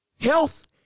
Health